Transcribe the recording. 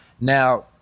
Now